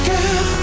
Girl